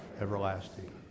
everlasting